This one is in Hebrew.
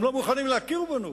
הם לא מוכנים להכיר בנו,